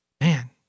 Man